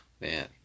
Man